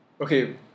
Okay